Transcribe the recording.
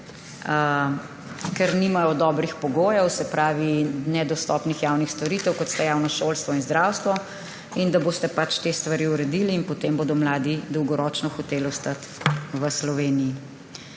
ker nimajo dobrih pogojev, se pravi zaradi nedostopnih javnih storitev, kot sta javno šolstvo in zdravstvo, in da boste te stvari uredili in potem bodo mladi dolgoročno hoteli ostati v Sloveniji.